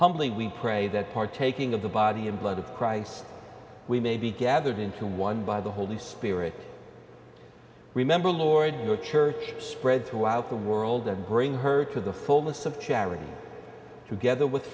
humbly we pray that partaking of the body and blood of christ we may be gathered into one by the holy spirit remember lord your church spread throughout the world and bring her to the fullness of charity together with